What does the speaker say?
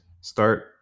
start